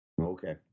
Okay